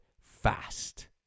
fast